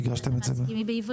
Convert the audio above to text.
אנחנו מציגים את זה בעברית.